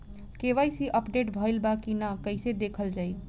KYC update भइल बा कि ना कइसे देखल जाइ?